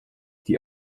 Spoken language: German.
die